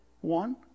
One